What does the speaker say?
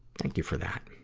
thank you for that.